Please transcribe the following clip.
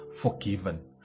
forgiven